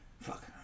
fuck